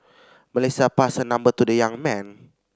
Melissa passed her number to the young man